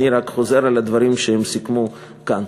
אני רק חוזר על הדברים שהם סיכמו כאן.